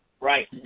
Right